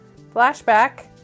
Flashback